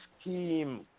scheme